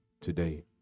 today